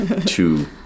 two